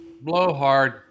Blowhard